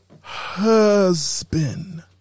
husband